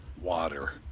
water